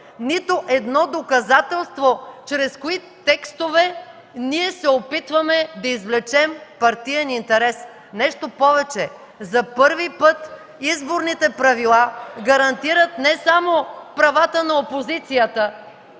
нито едно доказателство, чрез кои текстове ние се опитваме да извлечем партиен интерес. Нещо повече, за първи път изборните правила гарантират не само правата на опозицията